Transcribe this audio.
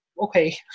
okay